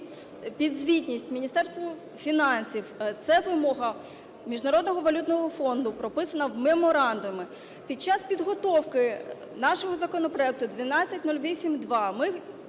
підзвітність Міністерству фінансів. Це вимога Міжнародного валютного фонду, прописана в меморандумі. Під час підготовки нашого законопроекту 1208-2 ми